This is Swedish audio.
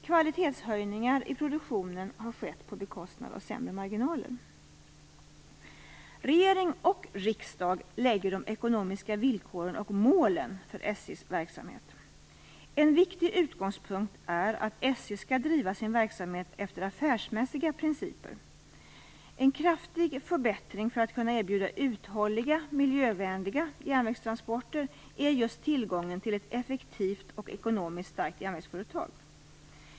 Kvalitetshöjningar i produktionen har skett på bekostnad av sämre marginaler. Regering och riksdag lägger fast de ekonomiska villkoren och målen för SJ:s verksamhet. En viktig utgångspunkt är att SJ skall driva sin verksamhet efter affärsmässiga principer. En kraftig förbättring för att kunna erbjuda uthålliga miljövänliga järnvägstransporter är just tillgången till ett effektivt och ekonomiskt starkt järnvägsföretag.